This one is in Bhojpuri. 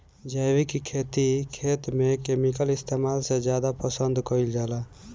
जैविक खेती खेत में केमिकल इस्तेमाल से ज्यादा पसंद कईल जाला